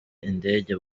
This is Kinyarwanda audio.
indege